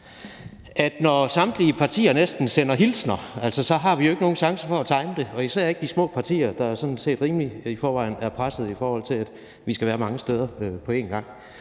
samtlige partier sender hilsner, så har vi jo ikke nogen chance for at time det – og især ikke de små partier, der sådan set i forvejen er rigelig pressede, i forhold til at vi skal være mange steder på en gang.